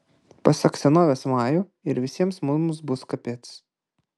pasak senovės majų ir visiems mums bus kapec